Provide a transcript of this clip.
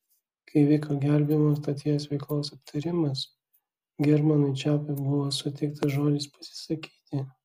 kai vyko gelbėjimo stoties veiklos aptarimas germanui čepui buvo suteiktas žodis pasisakyti